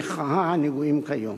המחאה הנהוגים כיום.